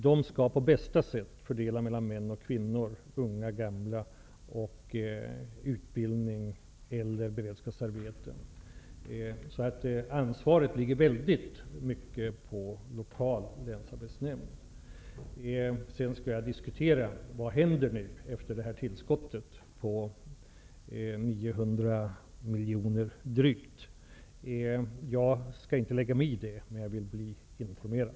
De skall på bästa sätt fördela medlen till män och kvinnor, till unga och gamla, och till utbildning och beredskapsarbete. Ansvaret ligger i stor utsträckning på lokal Jag skall ta reda på vad som nu kommer att hända efter tillskottet på drygt 950 miljoner. Jag skall inte lägga mig i det, men jag vill hålla mig informerad.